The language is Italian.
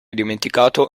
dimenticato